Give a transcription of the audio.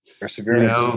perseverance